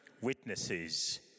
witnesses